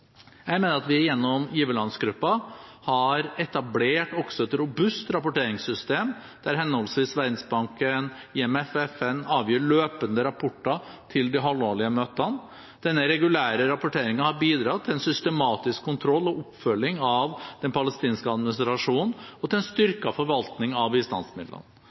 Jeg mener at vi gjennom giverlandsgruppen har etablert også et robust rapporteringssystem der henholdsvis Verdensbanken, IMF og FN avgir løpende rapporter til de halvårlige møtene. Denne regulære rapporteringen har bidratt til en systematisk kontroll og oppfølging av den palestinske administrasjonen og til en styrket forvaltning av bistandsmidlene.